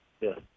Yes